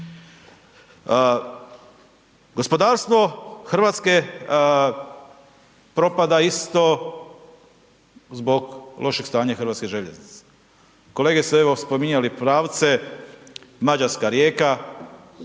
Gospodarstvo Hrvatske propada isto zbog lošeg stanja hrvatskih željeznica. Kolege se evo, spominjali pravce, Mađarska-Rijeka,